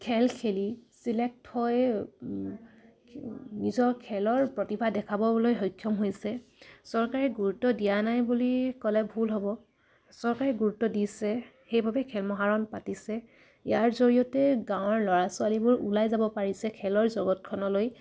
খেল খেলি ছিলেক্ট হৈ নিজৰ খেলৰ প্ৰতিভা দেখাবলৈ সক্ষম হৈছে চৰকাৰে গুৰুত্ব দিয়া নাই বুলি ক'লে ভুল হ'ব চৰকাৰে গুৰুত্ব দিছে সেইবাবে খেল মহাৰণ পাতিছে ইয়াৰ জৰিয়তে গাঁৱৰ ল'ৰা ছোৱালীবোৰ ওলাই যাব পাৰিছে খেলৰ জগতখনলৈ